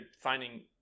finding